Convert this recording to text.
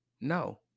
no